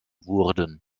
wurden